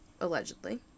allegedly